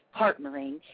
partnering